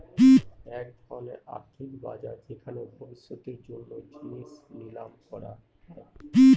এক ধরনের আর্থিক বাজার যেখানে ভবিষ্যতের জন্য জিনিস নিলাম করা হয়